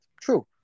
true